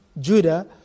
Judah